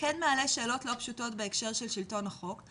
כן מעלה שאלות לא פשוטות בהקשר של שלטון החוק,